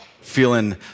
feeling